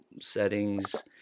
settings